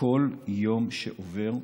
וכל יום שעובר,